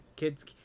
Kids